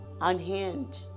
unhinged